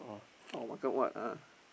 or makan what ah